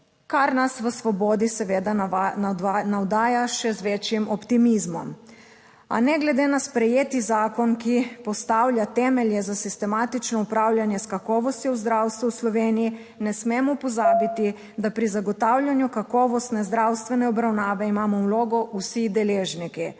Kar nas v svobodi, seveda, navdaja še z večjim optimizmom. A ne glede na sprejeti zakon, ki postavlja temelje za sistematično upravljanje s kakovostjo v zdravstvu v Sloveniji, ne smemo pozabiti, da pri zagotavljanju kakovostne zdravstvene obravnave imamo vlogo vsi deležniki: